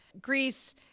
Greece